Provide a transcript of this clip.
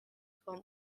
van